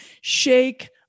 shake